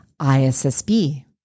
ISSB